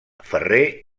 ferrer